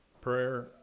Prayer